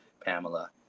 Pamela